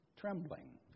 trembling